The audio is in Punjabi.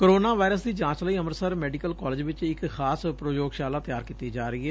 ਕੋਰੋਨਾ ਵਾਇਰਸ ਦੀ ਜਾਂਚ ਲਈ ਅੰਮੁਤਸਰ ਮੈਡੀਕਲ ਕਾਲਜ ਵਿਚ ਇਕ ਖਾਸ ਪ੍ਰਯੋਗਸ਼ਾਲਾ ਤਿਆਰ ਕੀਤੀ ਜਾ ਰਹੀ ਏ